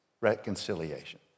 Reconciliation